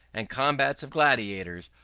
and combats of gladiators,